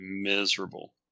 miserable